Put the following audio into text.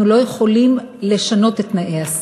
אנחנו לא יכולים לשנות את תנאי הסף.